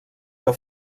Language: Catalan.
que